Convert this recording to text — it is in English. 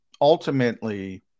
ultimately